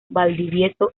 valdivieso